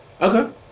Okay